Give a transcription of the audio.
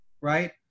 right